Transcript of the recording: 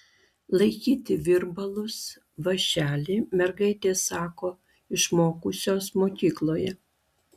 laikyti virbalus vąšelį mergaitės sako išmokusios mokykloje